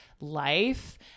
life